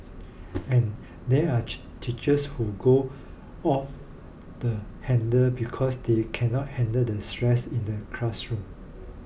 and there are teachers who go off the handle because they cannot handle the stress in the classroom